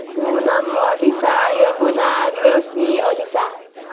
Punam Alisa Yamuna Roshni Anisa